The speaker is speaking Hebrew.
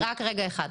רגע, רק רגע אחד.